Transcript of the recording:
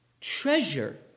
treasure